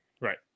Right